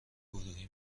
گروهی